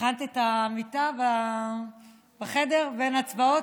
הכנת את המיטה בחדר בין ההצבעות?